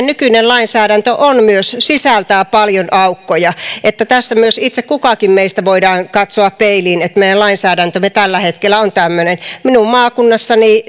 nykyinen lainsäädäntömme sisältää paljon aukkoja tässä myös itse kukin meistä voi katsoa peiliin että meidän lainsäädäntömme tällä hetkellä on tämmöinen minun maakunnassani